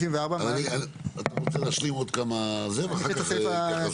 אתה רוצה להשלים עוד כמה ואחר כך נתייחס.